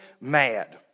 mad